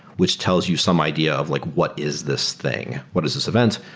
which tells you some idea of like what is this thing. what is this event?